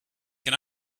can